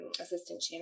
assistant